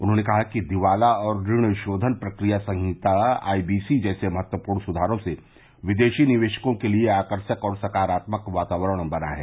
उन्होंने कहा कि दिवाला और ऋणशोधन प्रक्रिया संहिता आईबीसी जैसे महत्वपूर्ण सुधारों से विदेशी निवेशकों के लिए आकर्षक और सकारात्मक वातावरण बना है